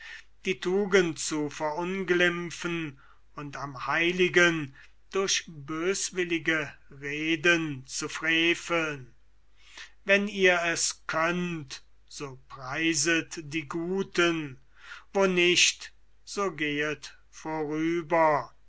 die tugend zu verunglimpfen und am heiligen durch böswillige reden zu freveln wenn ihr es könnt so preiset die guten wo nicht so gehet vorüber